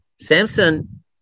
Samson